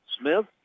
Smith